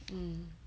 um